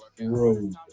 road